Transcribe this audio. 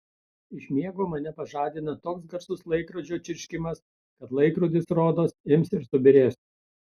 iš miego mane pažadina toks garsus laikrodžio čirškimas kad laikrodis rodos ims ir subyrės